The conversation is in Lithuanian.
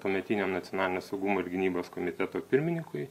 tuometiniam nacionalinio saugumo ir gynybos komiteto pirmininkui